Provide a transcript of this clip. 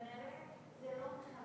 כנראה זה לא מחלחל לשטח.